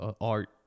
art